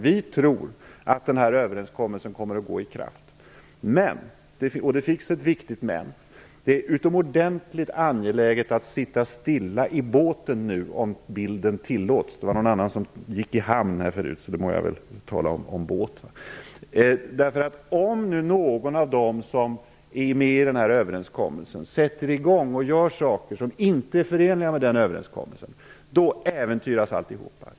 Vi tror att överenskommelsen kommer att gå i kraft, men - och det finns ett viktigt men - det är utomordentligt angeläget att vi sitter stilla i båten nu, om bilden tillåts. Det var någon annan som "gick i hamn" här förut, så då må jag väl tala om "båten". Om nu någon av dem som är med i överenskommelsen sätter i gång och gör saker som inte är förenliga med denna äventyras alltihopa.